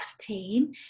team